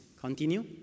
Continue